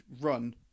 run